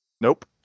nope